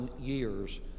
years